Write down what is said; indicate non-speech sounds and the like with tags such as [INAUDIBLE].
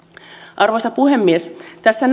arvoisa puhemies tässä [UNINTELLIGIBLE]